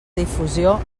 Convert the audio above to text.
difusió